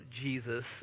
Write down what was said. Jesus